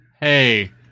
hey